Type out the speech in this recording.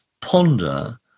ponder